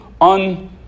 on